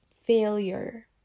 failure